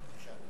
בבקשה.